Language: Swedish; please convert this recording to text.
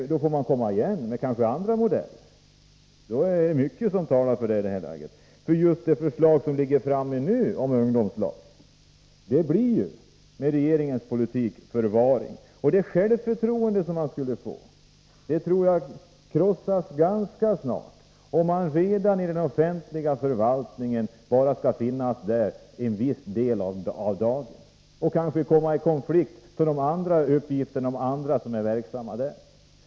Då får man komma igen med andra modeller. Det är mycket som talar för det i detta läge. Det förslag om ungdomslag som vi nu behandlar leder ju med regeringens politik till en förvaring. Och det självförtroende som ungdomarna skulle få tror jag krossas ganska snart, om de inom den offentliga förvaltningen skall finnas på arbetet bara en viss del av dagen och kanske komma i konflikt om uppgifterna med de andra som är verksamma där.